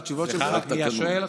סליחה רגע, מי השואל?